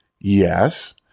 yes